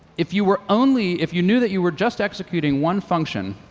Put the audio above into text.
if you were only if you knew that you were just executing one function,